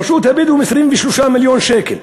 רשות הבדואים 23 מיליון שקל.